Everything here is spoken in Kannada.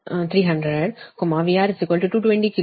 ಆದ್ದರಿಂದ ಇದು 3 VRIR 300 VR 220 KV